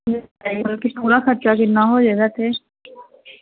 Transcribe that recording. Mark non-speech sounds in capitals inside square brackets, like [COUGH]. [UNINTELLIGIBLE] ਪੂਰਾ ਖਰਚਾ ਕਿੰਨਾ ਹੋ ਜਾਏਗਾ ਇੱਥੇ